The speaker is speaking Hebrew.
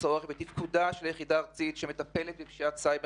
תקציב הרכש של היחידה הארצית להתמודדות עם פשיעת סייבר